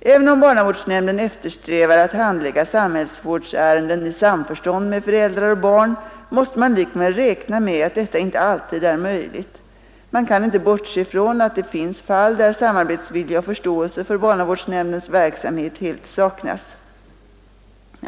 Även om barnavårdsnämnden eftersträvar att handlägga samhällsvårdsärenden i samförstånd med föräldrar och barn, måste man likväl räkna med att detta inte alltid är möjligt. Man kan inte bortse från att det finns fall, där samarbetsvilja och förståelse för barnavårdsnämndens verksamhet helt saknas.